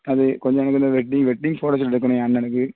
அது கொஞ்சம் நேரத்தில் வெட்டிங் வெட்டிங் ஃபோட்டோ ஷுட் எடுக்கணும் என் அண்ணணுக்கு